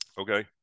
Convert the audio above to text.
okay